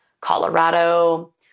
Colorado